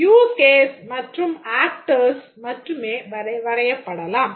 use case மற்றும் actors மட்டுமே வரையப்படலாம்